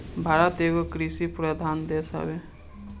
भारत एगो कृषि प्रधान देश हवे